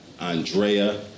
Andrea